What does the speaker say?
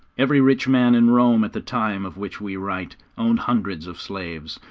every rich man in rome at the time of which we write owned hundreds of slaves,